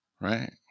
right